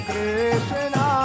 Krishna